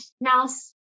Mouse